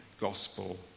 gospel